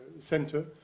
center